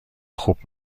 خوب